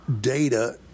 data